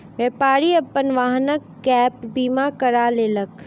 व्यापारी अपन वाहनक गैप बीमा करा लेलक